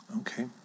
Okay